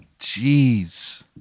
Jeez